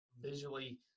visually